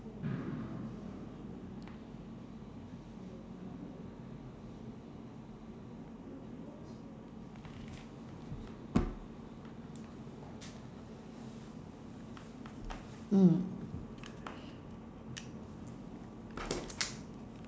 mm